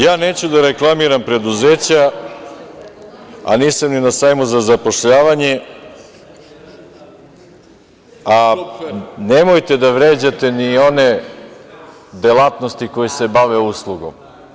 Ja neću da reklamiram preduzeća, a nisam ni na sajmu za zapošljavanje, a nemojte da vređate ni one delatnosti koje se bave uslugom.